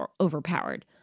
overpowered